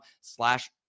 slash